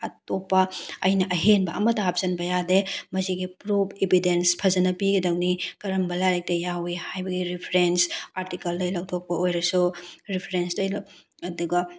ꯑꯇꯣꯞꯄ ꯑꯩꯅ ꯑꯍꯦꯟꯕ ꯑꯃꯇ ꯍꯥꯞꯆꯤꯟꯕ ꯌꯥꯗꯦ ꯃꯁꯤꯒꯤ ꯄ꯭ꯔꯨꯐ ꯑꯦꯚꯤꯗꯦꯟꯁ ꯐꯖꯅ ꯄꯤꯒꯗꯕꯅꯤ ꯀꯥꯔꯝꯕ ꯂꯥꯏꯔꯤꯛꯇ ꯌꯥꯎꯋꯤ ꯍꯥꯏꯕꯒꯤ ꯔꯦꯐꯔꯦꯟꯁ ꯑꯥꯔꯇꯤꯀꯜꯗꯩ ꯂꯧꯊꯣꯛꯄ ꯑꯣꯏꯔꯁꯨ ꯔꯦꯐꯔꯦꯟꯁꯇꯩ ꯑꯗꯨꯒ